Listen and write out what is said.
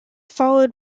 followed